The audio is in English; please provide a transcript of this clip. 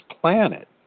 planet